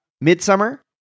Midsummer